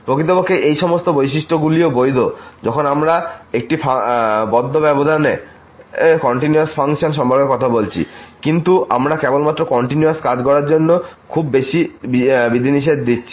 প্রকৃতপক্ষে এই সমস্ত বৈশিষ্ট্যগুলিও বৈধ যখন আমরা একটি বন্ধ ব্যবধানে কন্টিনিউয়াস ফাংশন সম্পর্কে কথা বলছি কিন্তু আমরা কেবলমাত্র কন্টিনিউয়াস কাজ করার জন্য খুব বেশি বিধিনিষেধ দিচ্ছি